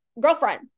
girlfriend